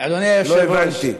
לא הבנתי.